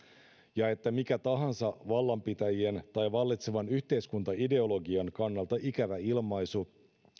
ja että mikä tahansa vallanpitäjien tai vallitsevan yhteiskuntaideologian kannalta ikävä ilmaisu